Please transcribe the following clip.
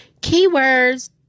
Keywords